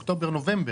אוקטובר,